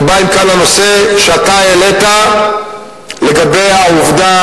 אני בא אם כן לנושא שאתה העלית לגבי העובדה